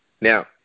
Now